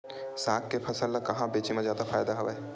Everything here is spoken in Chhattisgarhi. साग के फसल ल कहां बेचे म जादा फ़ायदा हवय?